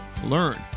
Learn